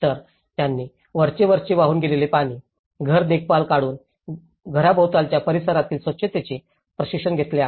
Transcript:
तर त्यांनी वरचेवरचे वाहून गेलेले पाणी घर देखभाल काढून घराभोवतालच्या परिसरातील स्वच्छतेचे प्रशिक्षण घेतले आहे